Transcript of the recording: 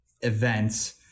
events